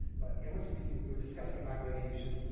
but yeah what did we, we were discussing about whether you should,